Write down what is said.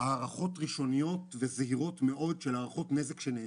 הערכות נזק ראשוניות וזהירות מאוד שנעשו.